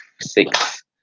six